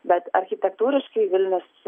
bet architektūriškai vilnius